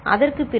அதற்கு பிறகு